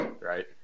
right